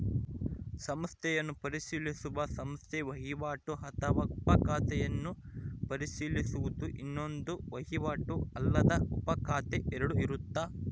ಖಾತೆಯನ್ನು ಪರಿಶೀಲಿಸುವ ಸಂಸ್ಥೆ ವಹಿವಾಟು ಅಥವಾ ಉಪ ಖಾತೆಯನ್ನು ಪರಿಶೀಲಿಸುವುದು ಇನ್ನೊಂದು ವಹಿವಾಟು ಅಲ್ಲದ ಉಪಖಾತೆ ಎರಡು ಇರುತ್ತ